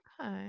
Okay